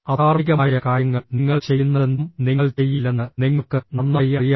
അധാർമികമായ കാര്യങ്ങൾ നിങ്ങൾ ചെയ്യുന്നതെന്തും നിങ്ങൾ ചെയ്യില്ലെന്ന് നിങ്ങൾക്ക് നന്നായി അറിയാം